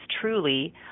truly